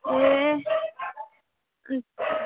ए